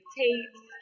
tapes